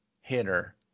hitter